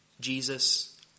Jesus